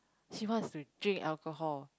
she wants to drink alcohol